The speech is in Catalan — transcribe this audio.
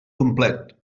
complet